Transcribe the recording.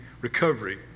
recovery